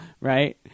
right